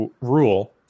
rule